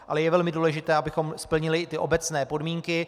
Ale je velmi důležité, abychom splnili i obecné podmínky.